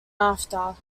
after